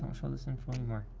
um show this info anymore.